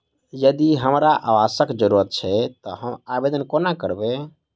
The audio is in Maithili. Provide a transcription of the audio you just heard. यदि हमरा आवासक जरुरत छैक तऽ हम आवेदन कोना करबै?